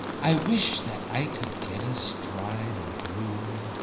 i wish that i could get astride a broom,